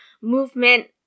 movement